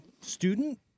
student